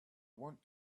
want